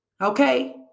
Okay